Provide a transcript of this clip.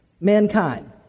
mankind